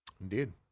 Indeed